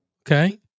okay